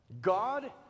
God